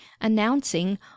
announcing